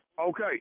Okay